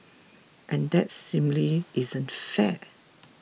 and that simply isn't fair